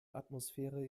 atmosphäre